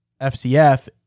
FCF